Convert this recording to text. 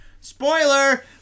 Spoiler